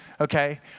Okay